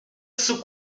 sous